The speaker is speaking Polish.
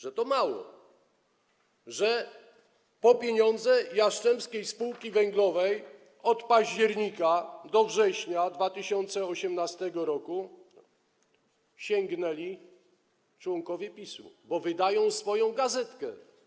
Że to mało, że po pieniądze Jastrzębskiej Spółki Węglowej od października do września 2018 r. sięgnęli członkowie PiS, bo wydają swoją gazetkę.